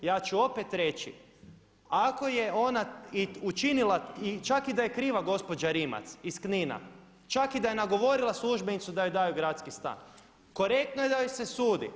Ja ću opet reći ako je ona i učinila, čak i da je kriva gospođa Rimac iz Knina, čak i da je nagovorila službenicu da joj daju gradski stan korektno je da joj se sudi.